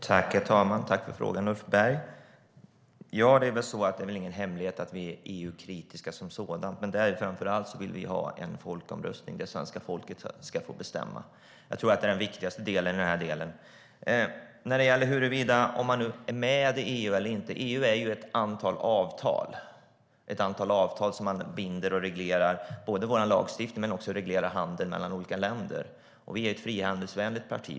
Herr talman! Tack för frågan, Ulf Berg! Det är väl ingen hemlighet att vi är EU-kritiska. Framför allt vill vi ha en folkomröstning där svenska folket ska få bestämma. Det är nog den viktigaste delen. När det gäller huruvida man är med i EU eller inte består ju EU av ett antal avtal som binder och reglerar vår lagstiftning och också handel mellan olika länder. Vi är ett frihandelsvänligt parti.